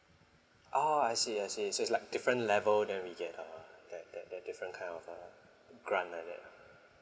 orh I see I see so it's like different level than we get a that that that different kind of uh grant like that ah